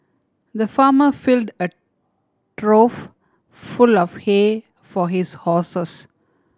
the farmer filled a trough full of hay for his horses